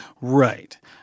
Right